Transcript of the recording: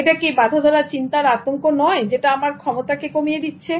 এটা কি বাঁধাধরা চিন্তার আতঙ্ক নয় যেটা আমার ক্ষমতাকে কমিয়ে দিচ্ছে